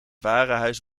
warenhuis